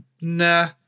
nah